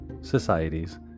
societies